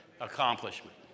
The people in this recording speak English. accomplishment